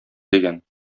дигән